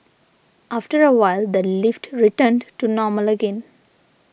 after a while the lift returned to normal again